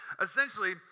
essentially